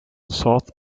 south